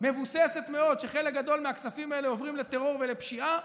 מבוססת מאוד שחלק גדול מהכספים האלה עוברים לטרור ולפשיעה,